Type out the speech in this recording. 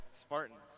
Spartans